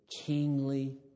kingly